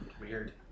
Weird